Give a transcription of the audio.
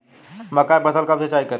मका के फ़सल कब सिंचाई करी?